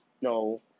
no